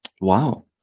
Wow